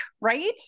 right